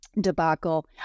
debacle